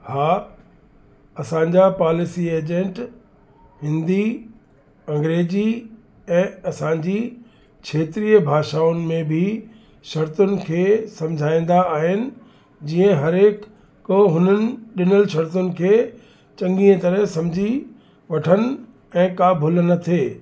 हा असांजा policy agent Hindi अंग्रेजी ऐं असांजी क्षेत्रीअ भाषाउनि में बि शर्तुंनि खे सम्झाईंदा आहिनि जीअं हर एक को हुननि ॾिनल शर्तुनि खे चङीअ तरह सम्झी वठनि ऐं का भुल न थिए